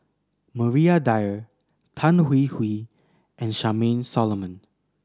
Maria Dyer Tan Hwee Hwee and Charmaine Solomon